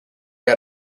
had